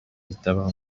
bitabaho